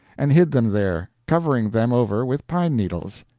and hid them there, covering them over with pine needles.